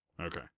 Okay